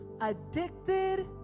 Addicted